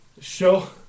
show